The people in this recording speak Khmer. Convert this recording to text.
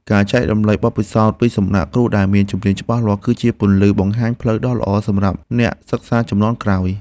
ការចែករំលែកបទពិសោធន៍ពីសំណាក់គ្រូដែលមានជំនាញច្បាស់លាស់ គឺជាពន្លឺបង្ហាញផ្លូវដ៏ល្អសម្រាប់អ្នកសិក្សាជំនាន់ក្រោយ។